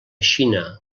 xina